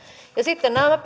ja sitten nämä